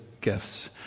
gifts